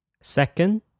Second